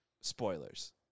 spoilers